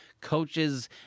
coaches